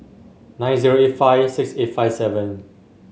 nine zero eight five six eight five seven